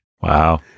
Wow